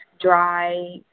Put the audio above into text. dry